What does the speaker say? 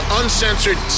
uncensored